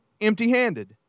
empty-handed